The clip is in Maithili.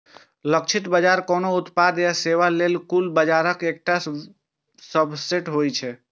लक्षित बाजार कोनो उत्पाद या सेवा लेल कुल बाजारक एकटा सबसेट होइ छै